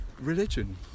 religion